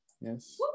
Yes